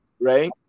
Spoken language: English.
right